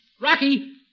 Rocky